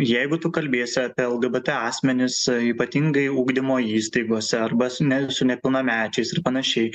jeigu tu kalbėsi apie lgbt asmenis ypatingai ugdymo įstaigose arba su ne su nepilnamečiais ir panašiai